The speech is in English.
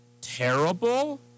terrible